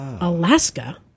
Alaska